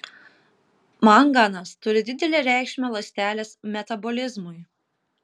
manganas turi didelę reikšmę ląstelės metabolizmui